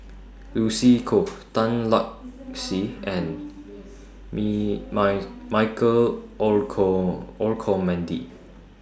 Lucy Koh Tan Lark Sye and Michael Olcomendy